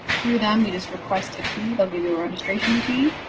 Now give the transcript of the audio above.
through them. you just request a key, they'll get the registration key,